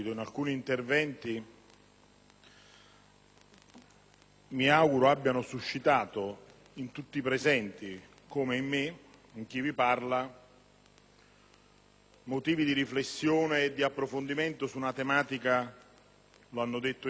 mi auguro abbiano suscitato in tutti i presenti, come in me, in chi vi parla, motivi di riflessione e di approfondimento su una tematica - lo hanno detto in tanti, lo avvertiamo tutti